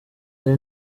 hari